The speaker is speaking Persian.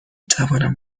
توانم